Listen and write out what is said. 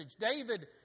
David